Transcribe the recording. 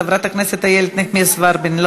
חברת הכנסת איילת נחמיאס ורבין,